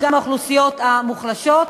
גם האוכלוסיות המוחלשות.